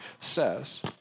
says